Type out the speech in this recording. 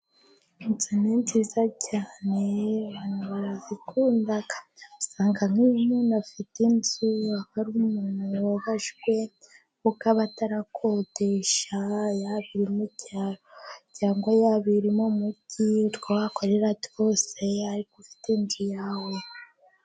Inzu ni nziza cyane barazikunda, usanga nk'umuntu ufite inzu aba yubashwe cyane kuko aba ataribukodeshe, Yaba iri mu cyaro cyangwa iri mu mujyi, icyo wakora ariko ufite iyawe.